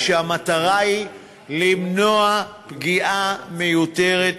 כשהמטרה היא למנוע פגיעה מיותרת בסביבה,